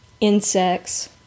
insects